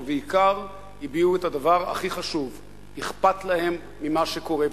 ובעיקר הביעו את הדבר הכי חשוב: אכפת להם ממה שקורה פה.